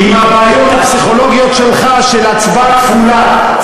עם הבעיות הפסיכולוגיות שלך של הצבעה כפולה.